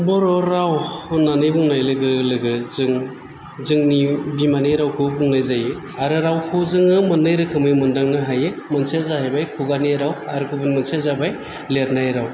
बर' राव होननानै बुंनाय लोगो लोगो जों जोंनि बिमानि रावखौ बुंनाय जायो आरो रावखौ जोङो मोननै रोखोमै मोनदांनो हायो मोनसेया जाहैबाय खुगानि राव आरो गुबुन मोनसेया जाबाय लिरनाय राव